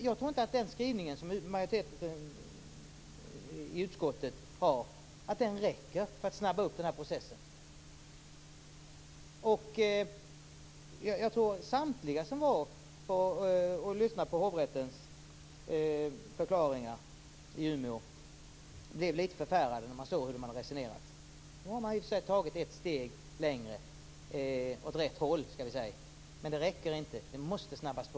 Jag tror inte att den skrivning som majoriteten i utskottet har räcker för att snabba upp processen. Jag tror att samtliga som tog del av hovrättens förklaringar i Umeå blev litet förfärade över hur man hade resonerat. Nu har man i och för sig tagit ett steg åt rätt håll, men det räcker inte. Det måste snabbas på.